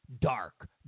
dark